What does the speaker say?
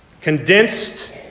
condensed